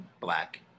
black